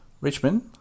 Richmond